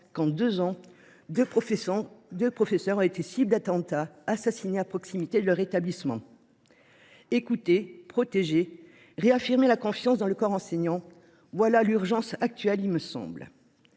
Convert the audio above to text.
de deux ans, deux professeurs ont été la cible d’un attentat et ont été assassinés à proximité de leur établissement. Écouter, protéger, réaffirmer la confiance dans le corps enseignant : voilà l’urgence ! Au lieu de cela,